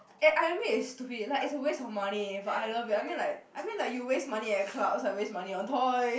eh I admit it's stupid like it's a waste of money but I love it I mean like I mean like you waste money at clubs I waste money on toy